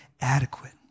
adequate